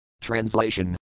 Translation